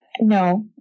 No